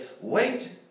wait